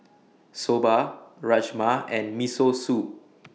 Soba Rajma and Miso Soup